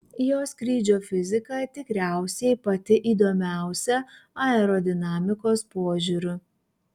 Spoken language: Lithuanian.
jo skrydžio fizika tikriausiai pati įdomiausia aerodinamikos požiūriu